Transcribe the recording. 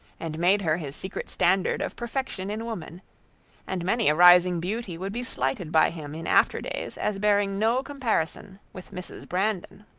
and made her his secret standard of perfection in woman and many a rising beauty would be slighted by him in after-days as bearing no comparison with mrs. brandon.